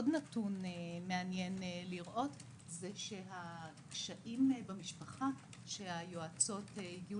עוד נתון מעניין הקשיים במשפחה שהיועצות הגיעו